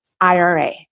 IRA